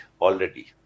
already